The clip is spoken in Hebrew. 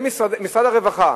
משרד הרווחה,